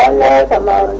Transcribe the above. and la but la